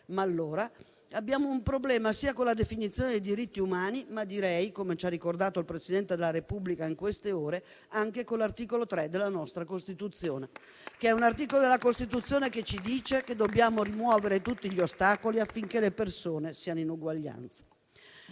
ma allora abbiamo un problema, sia con la definizione dei diritti umani, ma direi - come ci ha ricordato il Presidente della Repubblica in queste ore - anche con l'articolo 3 della Costituzione, che ci dice che dobbiamo rimuovere tutti gli ostacoli affinché le persone siano in uguaglianza.